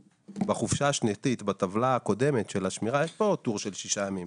בחופשה השנתית בטבלה הקודמת של השמירה יש פה טור של 6 ימים.